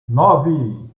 nove